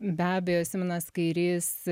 be abejo simonas kairys